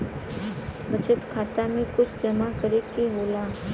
बचत खाता मे कुछ जमा करे से होला?